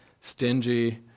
stingy